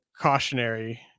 cautionary